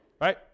Right